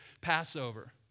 Passover